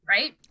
Right